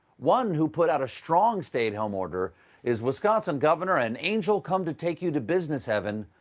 one who put out a strong stay-at-home order is wisconsin governor and angel come to take you to business heaven,